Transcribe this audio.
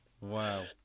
Wow